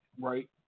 right